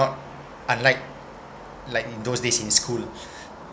not unlike like in those days in school